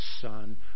Son